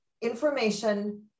information